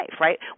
right